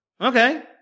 okay